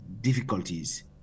difficulties